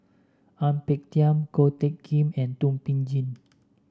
Ang Peng Tiam Ko Teck Kin and Thum Ping Tjin